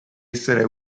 essere